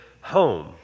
home